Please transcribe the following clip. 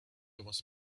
was